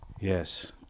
Yes